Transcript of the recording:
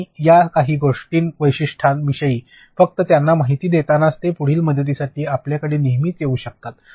आणि या काही वैशिष्ट्यांविषयी फक्त त्यांना माहिती देतानाच ते पुढील मदतीसाठी आपल्याकडे नेहमी येऊ शकतात